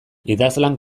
idazlan